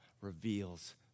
reveals